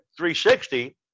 360